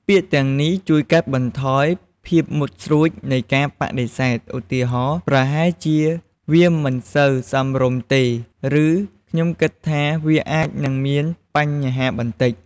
ពាក្យទាំងនេះជួយកាត់បន្ថយភាពមុតស្រួចនៃការបដិសេធ ឧទាហរណ៍ "ប្រហែលជាវាមិនសូវសមរម្យទេ" ឬ "ខ្ញុំគិតថាវាអាចនឹងមានបញ្ហាបន្តិច"។